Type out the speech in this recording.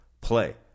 play